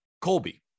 Colby